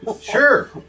Sure